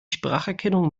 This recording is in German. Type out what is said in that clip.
spracherkennung